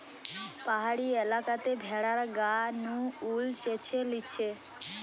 পাহাড়ি এলাকাতে ভেড়ার গা নু উল চেঁছে লিছে